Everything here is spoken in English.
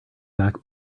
back